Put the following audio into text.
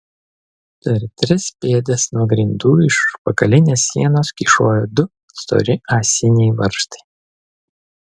per tris pėdas nuo grindų iš užpakalinės sienos kyšojo du stori ąsiniai varžtai